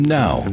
now